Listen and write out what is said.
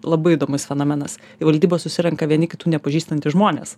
labai įdomus fenomenas į valdybą susirenka vieni kitų nepažįstantys žmonės